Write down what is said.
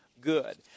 good